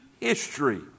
history